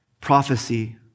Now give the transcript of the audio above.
prophecy